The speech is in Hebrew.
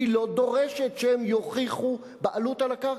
ולא דורשת שהם יוכיחו בעלות על הקרקע.